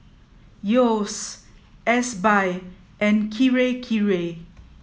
Yeo's Ezbuy and Kirei Kirei